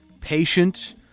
patient